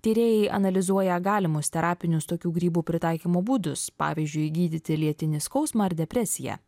tyrėjai analizuoja galimus terapinius tokių grybų pritaikymo būdus pavyzdžiui gydyti lėtinį skausmą ar depresiją